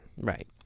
Right